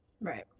Right